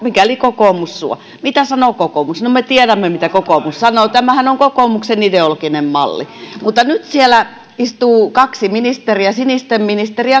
mikäli kokoomus suo mitä sanoo kokoomus no me tiedämme mitä kokoomus sanoo tämähän on kokoomuksen ideologinen malli mutta nyt siellä istuu kaksi ministeriä sinisten ministeri